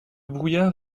brouillard